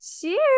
cheers